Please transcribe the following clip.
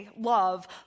love